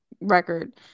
record